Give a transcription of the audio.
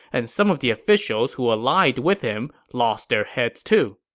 and some of the officials who allied with him lost their heads, too.